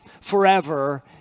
forever